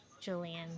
Julian